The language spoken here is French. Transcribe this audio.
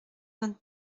vingt